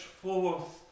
forth